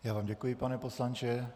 Já vám děkuji, pane poslanče.